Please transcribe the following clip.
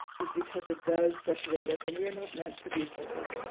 is because it does separate us. and we are not meant to be separate,